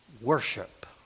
worship